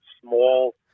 small